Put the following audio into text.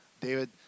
David